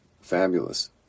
fabulous